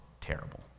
terrible